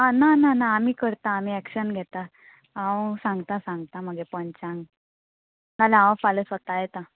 आं ना ना ना आमी करता आमी एक्शन घेता हांव सांगता सांगता मगे पंचांग नाल्या हांव फाल्यां स्वता येता